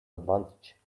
advantage